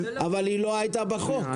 אבל היא לא היתה בחוק,